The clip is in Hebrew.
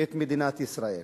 את מדינת ישראל,